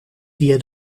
via